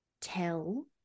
tell